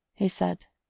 he said.